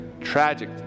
Tragic